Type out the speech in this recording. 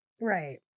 Right